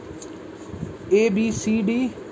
ABCD